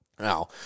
Now